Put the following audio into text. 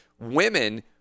Women